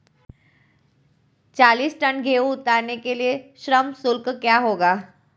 चालीस टन गेहूँ उतारने के लिए श्रम शुल्क क्या होगा?